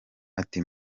ati